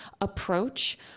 approach